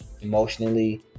emotionally